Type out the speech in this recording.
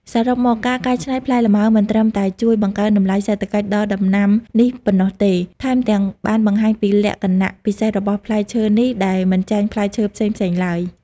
សរុបមក ការកែច្នៃផ្លែលម៉ើមិនត្រឹមតែជួយបង្កើនតម្លៃសេដ្ឋកិច្ចដល់ដំណាំនេះប៉ុណ្ណោះទេ ថែមទាំងបានបង្ហាញពីលក្ខណៈពិសេសរបស់ផ្លែឈើនេះដែលមិនចាញ់ផ្លែឈើផ្សេងៗឡើយ។